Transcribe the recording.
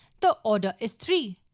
the order is three.